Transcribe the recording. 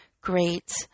great